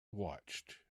watched